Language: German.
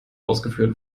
ausgeführt